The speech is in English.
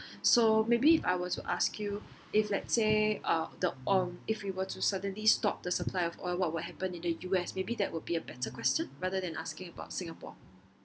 so maybe if I were to ask you if let's say uh the um if we were to suddenly stop the supply of oil what will happen in the U_S maybe that would be a better question rather than asking about singapore